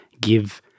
give